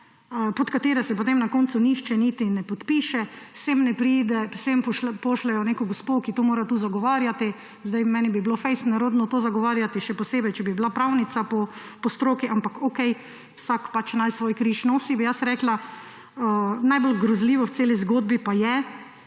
pod katere se potem na koncu nihče niti ne podpiše. Sem pa pošljejo neko gospo, ki to mora tu zagovarjati. Meni bi bilo fejst nerodno to zagovarjati, še posebej, če bi bila pravnica po stroki. Ampak okej. Vsak pač naj svoj križ nosi, bi jaz rekla. Najbolj grozljivo v celi zgodbi pa je,